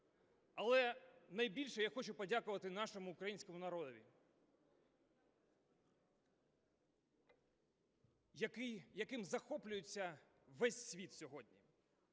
Але найбільше я хочу подякувати нашому українському народові, яким захоплюється весь світ сьогодні.